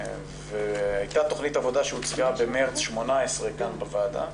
הייתה תכנית עבודה שהוצגה במרס 2018 כאן בוועדה.